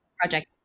project